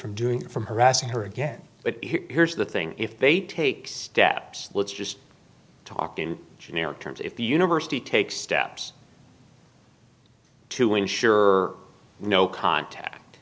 from doing from harassing her again but here's the thing if they take steps let's just talk in generic terms if the university take steps to ensure no contact